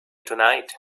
tonight